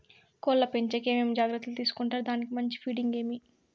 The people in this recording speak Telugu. కోళ్ల పెంచేకి ఏమేమి జాగ్రత్తలు తీసుకొంటారు? దానికి మంచి ఫీడింగ్ ఏమి?